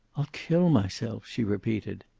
i'll kill myself, she repeated.